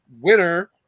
winner